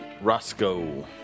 Roscoe